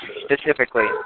specifically